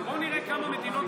בוא נראה כמה מדינות,